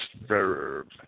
verb